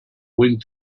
wind